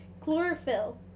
Chlorophyll